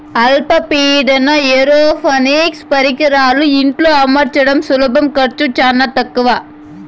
అల్ప పీడన ఏరోపోనిక్స్ పరికరాలను ఇంట్లో అమర్చడం సులభం ఖర్చు చానా తక్కవ